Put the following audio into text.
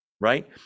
right